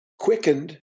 Quickened